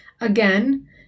Again